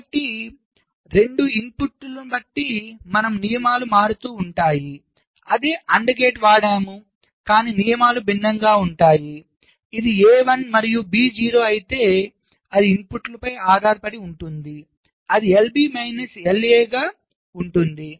కాబట్టి ఇన్పుట్లను బట్టి మన నియమాలు మారుతూ ఉంటాయి అదే AND గేట్ వాడాము కానీ నియమాలు భిన్నంగా ఉంటాయి ఇది A 1 మరియు B 0 అయితే అది ఇన్పుట్లపై ఆధారపడి ఉంటుంది అది LB మైనస్ LA గా ఉంటుంది